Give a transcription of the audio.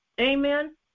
Amen